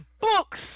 books